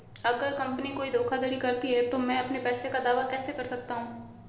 अगर कंपनी कोई धोखाधड़ी करती है तो मैं अपने पैसे का दावा कैसे कर सकता हूं?